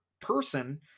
person